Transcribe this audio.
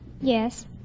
Yes